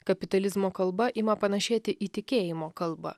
kapitalizmo kalba ima panašėti į tikėjimo kalbą